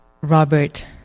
Robert